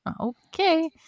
okay